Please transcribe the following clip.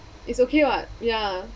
it's okay what ya